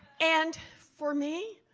and for me,